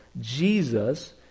Jesus